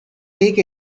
take